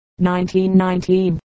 1919